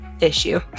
issue